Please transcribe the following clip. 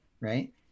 right